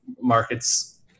markets